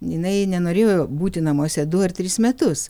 jinai nenorėjo būti namuose du ar tris metus